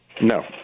No